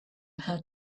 how